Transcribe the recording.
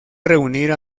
reunir